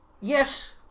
Yes